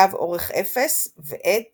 קו אורך 0, ואת